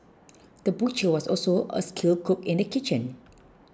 the butcher was also a skilled cook in the kitchen